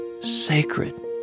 sacred